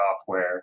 software